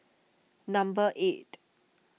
number eight